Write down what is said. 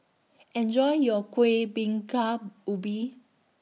Enjoy your Kuih Bingka Ubi